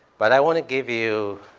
but i want to give you. you